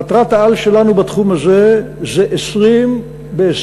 מטרת העל שלנו בתחום הזה זה 20 ב-2020.